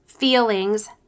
feelings